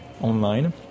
online